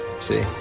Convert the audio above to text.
See